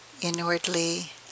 inwardly